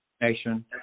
nation